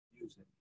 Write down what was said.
Music